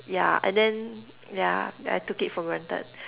yeah and then yeah I took it for granted